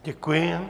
Děkuji.